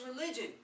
religion